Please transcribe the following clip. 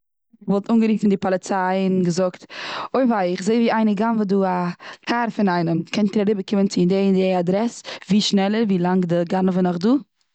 כ'וואלט אנגעריפן די פאליציי און געזאגט: אוי וויי איך זעה ווי איינער גנב'עט דא א קאר פון איינעם. קענט איר אריבערקומען צו די און די אדרעס. ווי שנעלער ווי לאנג די גנב איז נאך דא.